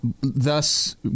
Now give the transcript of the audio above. thus